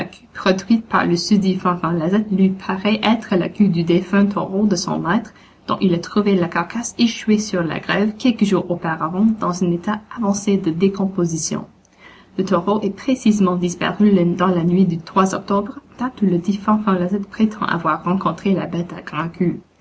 produite par le susdit fanfan lazette lui paraît être la queue du défunt taureau de son maître dont il a trouvé la carcasse échouée sur la grève quelques jours auparavant dans un état avancé de décomposition le taureau est précisément disparu dans la nuit du octobre date où le dit fanfan lazette prétend avoir rencontré la bête à